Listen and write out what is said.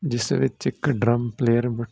ਜਿਸ ਵਿੱਚ ਇੱਕ ਡਰਮ ਪਲੇਅਰ ਬ